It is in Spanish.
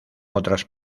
otras